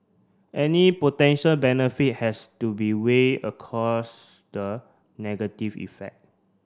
any potential benefit has to be weigh the negative effect